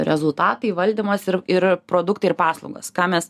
rezultatai valdymas ir produktai ir paslaugos ką mes